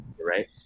right